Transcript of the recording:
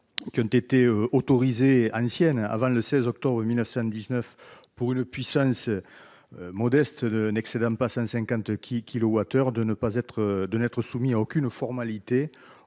qui ont été autorisés, ancienne avant le 16 octobre 1919 pour une puissance modeste n'excédant pas 150 qui kW/h de ne pas être de n'être soumis à aucune formalité